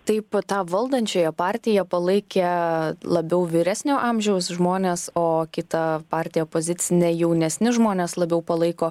taip tą valdančiąją partiją palaikė labiau vyresnio amžiaus žmonės o kita partiją opozicinę jaunesni žmonės labiau palaiko